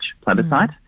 plebiscite